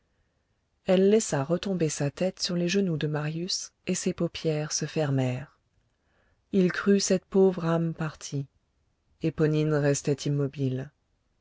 elle laissa retomber sa tête sur les genoux de marius et ses paupières se fermèrent il crut cette pauvre âme partie éponine restait immobile